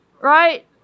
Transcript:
right